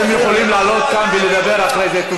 אתם יכולים לעלות ולדבר אחרי זה.